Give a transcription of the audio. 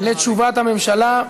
בתשובת הממשלה.